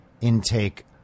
intake